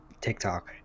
TikTok